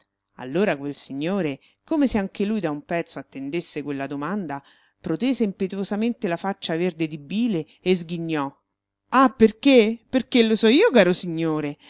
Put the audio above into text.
allora quel signore come se anche lui da un pezzo attendesse quella domanda protese impetuosamente la faccia verde di bile e sghignò ah perché perché lo so io caro signore